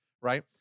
right